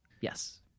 yes